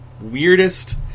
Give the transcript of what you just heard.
weirdest